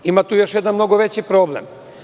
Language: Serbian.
Ima tu još jedan mnogo veći problem.